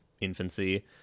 infancy